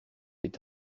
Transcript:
est